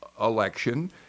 election